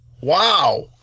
Wow